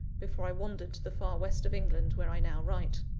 before i wandered to the far west of england where i now write.